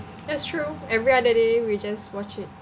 that's true every other day we just watch it